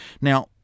Now